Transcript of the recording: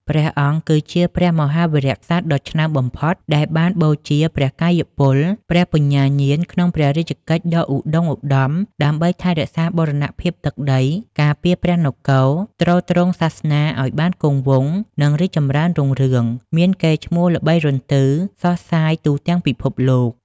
ព្រះអង្គគឺជាព្រះមហាវីរក្សត្រដ៏ឆ្នើមបំផុត ដែលបានបូជាព្រះកាយពល ព្រះបញ្ញាញាណក្នុងព្រះរាជកិច្ចដ៏ឧត្ដុង្គឧត្ដម ដើម្បីថែរក្សាបូរណភាពទឹកដី ការពារព្រះនគរ ទ្រទ្រង់សាសនាឱ្យបានគង់វង្ស និងរីកចម្រើនរុងរឿង មានកេរ្តិ៍ឈ្មោះល្បីរន្ទឺសុសសាយទូទាំងពិភពលោក។